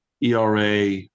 ERA